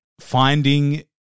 finding